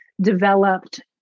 developed